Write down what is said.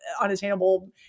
unattainable